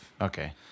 Okay